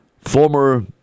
former